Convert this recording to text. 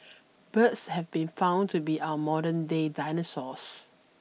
birds have been found to be our modernday dinosaurs